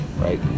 right